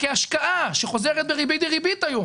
כהשקעה שחוזרת בריבית דריבית היום.